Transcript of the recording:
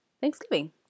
Thanksgiving